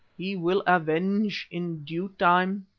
he will avenge in due time.